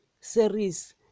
series